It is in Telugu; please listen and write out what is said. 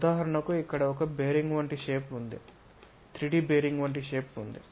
ఉదాహరణకు ఇక్కడ ఒక బేరింగ్ వంటి షేప్ ఉంది 3D బేరింగ్ వంటి షేప్ ఉంది